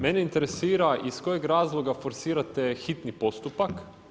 Mene interesira iz kojeg razloga forsirate hitni postupak?